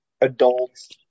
adults